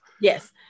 Yes